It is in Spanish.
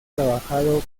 trabajado